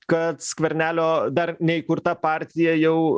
kad skvernelio dar neįkurta partija jau